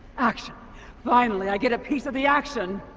action finally i get a piece of the action